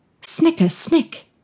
snicker-snick